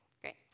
Great